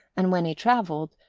and, when he travelled,